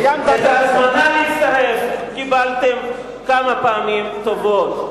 את ההזמנה להצטרף קיבלתם כמה פעמים טובות,